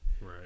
Right